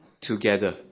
together